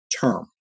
term